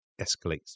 escalates